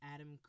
Adam